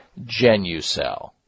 Genucell